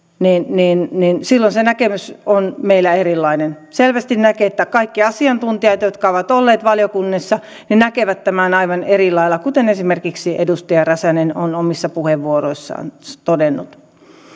niin niin silloin se näkemys on meillä erilainen selvästi näkee että kaikki asiantuntijat jotka ovat olleet valiokunnissa näkevät tämän aivan eri lailla kuten esimerkiksi edustaja räsänen on omissa puheenvuoroissaan todennut